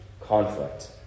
conflict